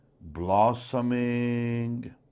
blossoming